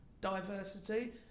diversity